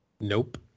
Nope